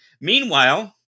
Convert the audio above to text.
Meanwhile